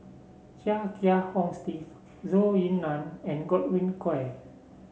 Chia Kiah Hong Steve Zhou Ying Nan and Godwin Koay